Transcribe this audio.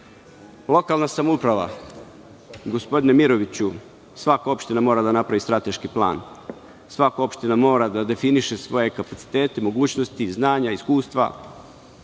borba. Lokalna samouprava. Gospodine Miroviću, svaka opština mora da napravi strateški plan. Svaka opština mora da definiše svoje kapacitete, mogućnosti, znanja i iskustva,